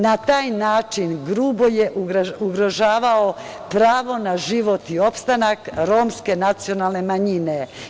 Na taj način grubo je ugrožavao pravo na život i opstanak romske nacionalne manjine.